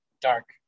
dark